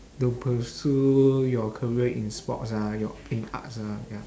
to pursue your career in sports ah your in arts ah ya